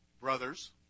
brothers